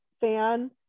fan